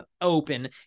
open